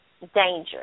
danger